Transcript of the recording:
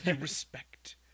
respect